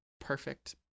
perfect